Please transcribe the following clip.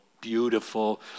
beautiful